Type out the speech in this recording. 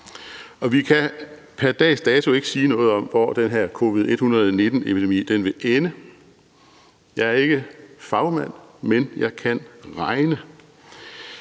Vi kan pr. dags dato ikke sige noget om, hvor den her covid-19-epidemi vil ende. Jeg er ikke fagmand, men jeg kan regne,